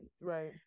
right